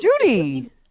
judy